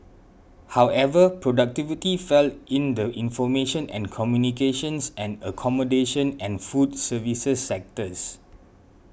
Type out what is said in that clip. however productivity fell in the information and communications and accommodation and food services sectors